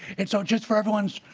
and so just for everyone's